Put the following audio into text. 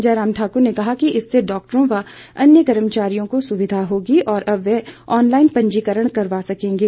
जयराम ठाकुर ने कहा कि इससे डॉक्टरों व अन्य कर्मचारियों को सुविधा होगी और अब वे ऑनलाईन पंजीकरण करवा सकेंगे